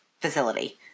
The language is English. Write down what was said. facility